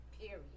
period